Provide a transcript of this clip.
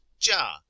ja